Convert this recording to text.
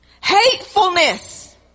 hatefulness